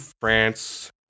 France